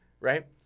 right